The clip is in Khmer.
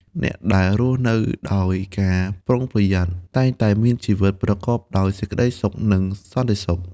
អ្នកដែលរស់នៅដោយការប្រុងប្រយ័ត្ន តែងតែមានជីវិតប្រកបដោយសេចក្ដីសុខ និងសន្តិសុខ។